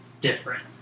different